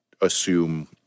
assume